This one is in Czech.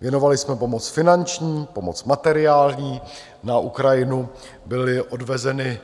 Věnovali jsme pomoc finanční, pomoc materiální, na Ukrajinu byly odvezeny